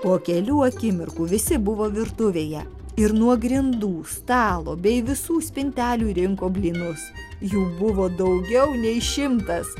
po kelių akimirkų visi buvo virtuvėje ir nuo grindų stalo bei visų spintelių rinko blynus jų buvo daugiau nei šimtas